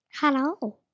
Hello